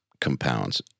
compounds